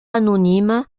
anonyme